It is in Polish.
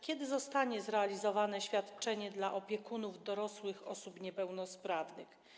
Kiedy zostanie zrealizowane świadczenie dla opiekunów dorosłych osób niepełnosprawnych?